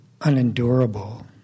unendurable